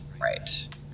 right